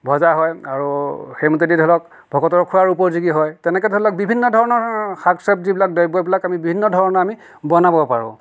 ভজা হয় আৰু সেই মতেদি ধৰি লওক ভকতৰ খোৱাৰ উপযোগী হয় তেনেকৈ ধৰি লওক বিভিন্ন ধৰণৰ শাক চব্জিবিলাক দ্ৰব্যবিলাক আমি বিভিন্ন ধৰণে আমি বনাব পাৰোঁ